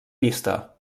pista